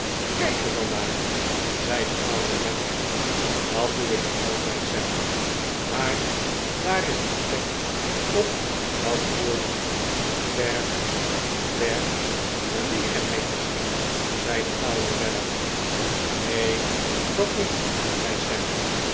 kijk er dan naar zei de oude weller dat doe ik al zei sam maar daar is een vlek op dat woord ver ver verlegenheid misschien zei de oude weller neen dat niet zei